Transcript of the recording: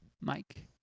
Mike